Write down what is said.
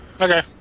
Okay